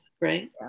Right